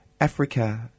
Africa